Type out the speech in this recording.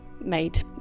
made